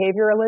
behavioralism